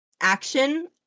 action